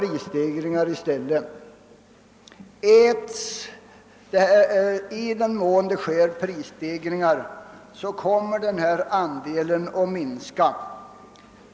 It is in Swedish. I den mån det sker prisstegringar kommer alltså denna andel två tredjedelar att minska.